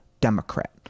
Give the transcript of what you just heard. Democrat